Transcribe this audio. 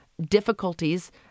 difficulties